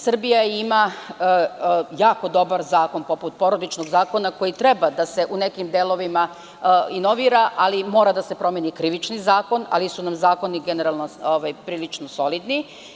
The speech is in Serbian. Srbija ima jako dobar zakon poput Porodičnog zakona koji treba da se u nekim delovima renovira, ali mora da se promeni Krivični zakon, ali su nam zakoni generalno prilično solidni.